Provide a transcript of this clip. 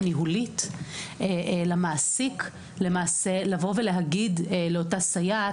ניהולית למעסיק למעשה לבוא ולהגיד לאותה סייעת,